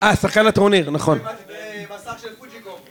אה, שחקן הטרוניר, נכון.זה מסך של פוג׳יקום.